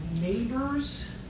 neighbors